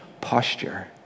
posture